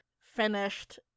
finished